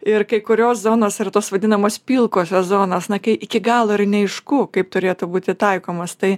ir kai kurios zonos yra tos vadinamos pilkosios zonos na kai iki galo ir neaišku kaip turėtų būti taikomas tai